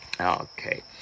Okay